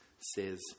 says